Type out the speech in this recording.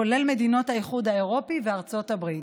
כולל מדינות האיחוד האירופי וארצות הברית.